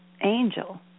angel